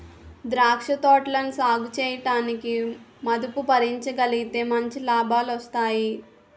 ద్రాక్ష తోటలని సాగుచేయడానికి మదుపు భరించగలిగితే మంచి లాభాలొస్తాయి